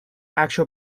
actual